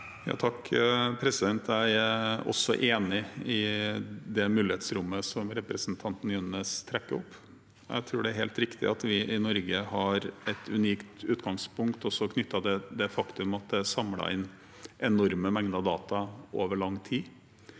Moe Jeg er enig i det mulighetsrommet som representanten Jønnes trekker opp. Jeg tror det er helt riktig at vi i Norge har et unikt utgangspunkt knyttet til det faktum at det er samlet inn enorme mengder data over lang tid.